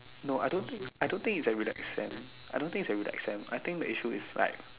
no I don't think I don't think its a relax sem I don't think its a relax sem I think the issue is like